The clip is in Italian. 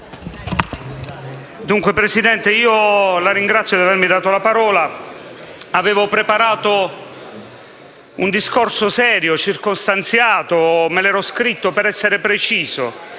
Presidente, la ringrazio di avermi dato la parola: avevo preparato un discorso serio, circostanziato e l'avevo scritto per essere preciso